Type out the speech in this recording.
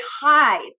hide